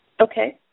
Okay